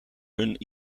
hun